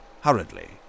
hurriedly